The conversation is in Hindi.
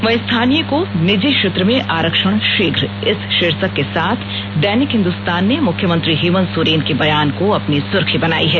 वहीं स्थानीय को निजी क्षेत्र में आरक्षण शीघ्र इस शीर्षक के साथ दैनिक हिन्दुस्तान ने मुख्यमंत्री हेमंत सोरेन के बयान को अपनी सुर्खी बनायी है